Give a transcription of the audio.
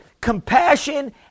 compassion